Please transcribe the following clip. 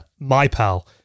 MyPal